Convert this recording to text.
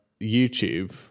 YouTube